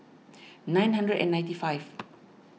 nine hundred and ninety five